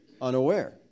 unaware